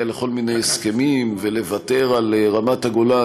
לכל מיני הסכמים ולוותר על רמת-הגולן,